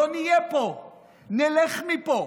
לא נהיה פה, נלך מפה.